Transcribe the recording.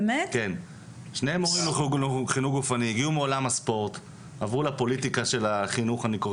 הם הגיעו מעולם הספורט ועברו לפוליטיקה של החינוך.